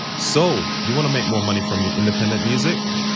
so you want to make more money from your independent music